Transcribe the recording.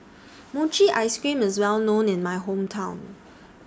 Mochi Ice Cream IS Well known in My Hometown